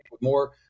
more